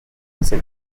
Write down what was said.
c’est